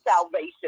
salvation